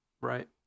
Right